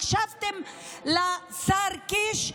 הקשבתם לשר קיש?